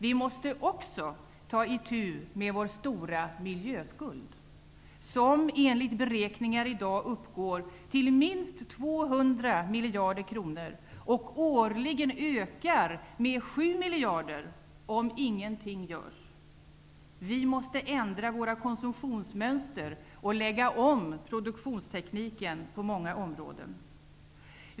Vi måste också ta itu med vår stora miljöskuld, som enligt beräkningar i dag uppgår till minst 200 miljarder kronor och årligen ökar med 7 miljarder om ingenting görs. Vi måste ändra våra konsumtionsmönster och lägga om produktionstekniken på många områden.